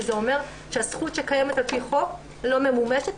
וזה אומר שהזכות שקיימת על פי חוק לא ממומשת.